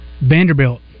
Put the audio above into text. Vanderbilt